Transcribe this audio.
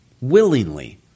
willingly